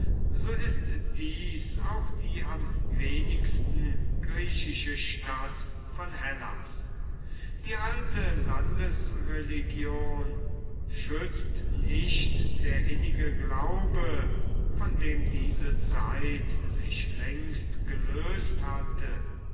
so ist dies auch die am wenigsten griechische stadt von hellas die alte landesreligion schützt nicht der innige glaube von dem diese zeit sich längst gelöst hatte